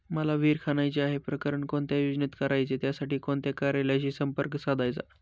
मला विहिर खणायची आहे, प्रकरण कोणत्या योजनेत करायचे त्यासाठी कोणत्या कार्यालयाशी संपर्क साधायचा?